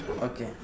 okay